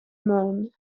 mound